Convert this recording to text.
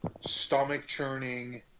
stomach-churning